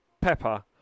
Pepper